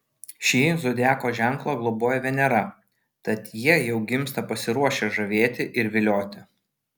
šį zodiako ženklą globoja venera tad jie jau gimsta pasiruošę žavėti ir vilioti